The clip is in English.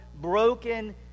broken